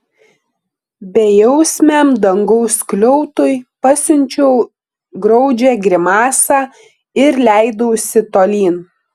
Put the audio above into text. bejausmiam dangaus skliautui pasiunčiau graudžią grimasą ir leidausi tolyn